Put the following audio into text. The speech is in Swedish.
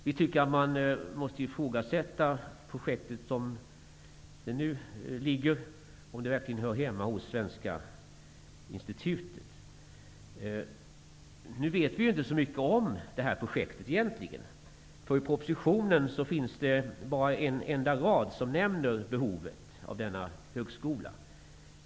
Vi tycker att man måste ifrågasätta om projektet, som det nu ser ut, verkligen hör hemma hos Svenska institutet. Nu vet vi egentligen inte så mycket om detta projekt. I propositionen finns det nämligen bara en enda rad där behovet av denna högskola nämns.